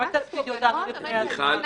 ואל תפחידי אותנו לפני הבחירות.